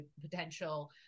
potential